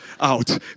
out